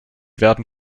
werden